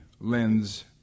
lens